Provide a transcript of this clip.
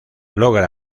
logra